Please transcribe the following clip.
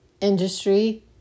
industry